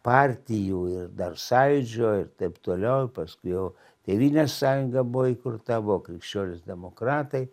partijų ir dar sąjūdžio ir taip toliau paskui jau tėvynės sąjunga buvo įkurta buvo krikščionys demokratai